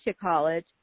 college